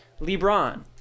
LeBron